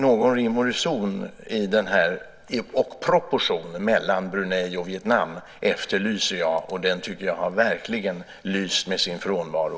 Jag efterlyser någon rim och reson och någon proportion mellan Brunei och Vietnam. Jag tycker att den verkligen har lyst med sin frånvaro.